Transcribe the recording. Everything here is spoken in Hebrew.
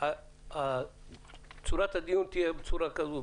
צורת הדיון תהיה כזו,